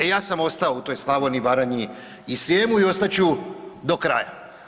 E ja sam ostao u toj Slavoniji, Baranji i Srijemu i ostat ću do kraja.